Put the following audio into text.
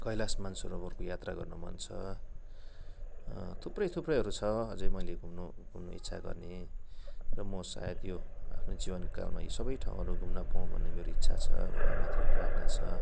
कैलाश मानसरोवरको यात्रा गर्न मन छ थुप्रै थुप्रैहरू छ अझै मैले घुम्नु घुम्ने इच्छा गर्ने र मो सायद यो आफ्नो जीवन कालमा यी सबै ठाउँहरू घुम्न पाउँ भन्ने मेरो इच्छा छ भगवान् माथिको प्रार्थना छ